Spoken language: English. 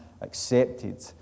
accepted